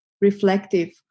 reflective